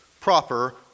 proper